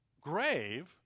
grave